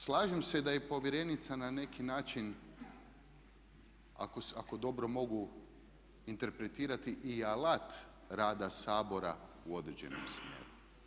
Slažem se da je povjerenica na neki način ako dobro mogu interpretirati i alat rada Sabora u određenom smjeru.